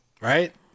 right